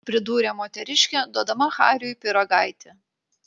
pridūrė moteriškė duodama hariui pyragaitį